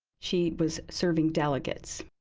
she was serving delegates.